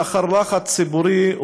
לאחר לחץ ציבורי,